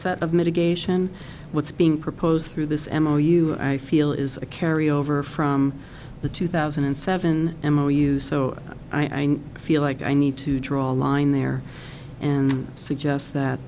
set of mitigation what's being proposed through this m o u i feel is a carry over from the two thousand and seven demo you so i feel like i need to draw a line there and suggest that